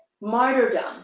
martyrdom